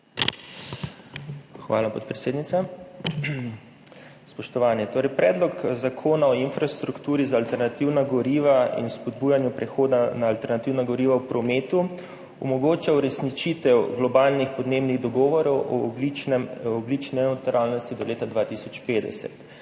Hvala, podpredsednica. Spoštovani! Predlog Zakona o infrastrukturi za alternativna goriva in spodbujanju prehoda na alternativna goriva v prometu omogoča uresničitev globalnih podnebnih dogovorov o ogljični nevtralnosti do leta 2050.